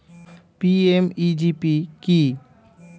PMEGP কি?